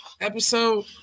episode